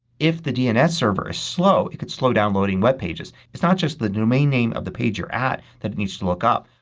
if the dns server is slow it could slow down loading webpages. webpages. it's not just the domain name of the page you're at that it needs to look up.